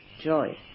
joy